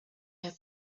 have